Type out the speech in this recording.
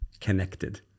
connected